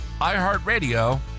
iHeartRadio